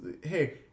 hey